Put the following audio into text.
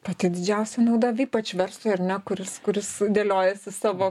pati didžiausia nauda ypač verslo ir ne kuris kuris dėliojasi savo